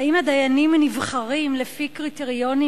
2. האם הדיינים נבחרים לפי קריטריונים